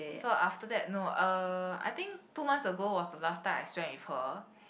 so after that no uh I think two months ago was the last time I swam with her